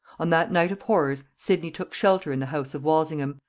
on that night of horrors sidney took shelter in the house of walsingham,